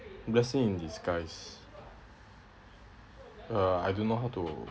blessing in disguise uh I don't know how to